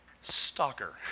Stalker